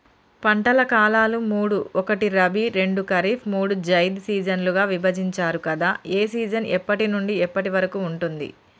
పంటల కాలాలు మూడు ఒకటి రబీ రెండు ఖరీఫ్ మూడు జైద్ సీజన్లుగా విభజించారు కదా ఏ సీజన్ ఎప్పటి నుండి ఎప్పటి వరకు ఉంటుంది?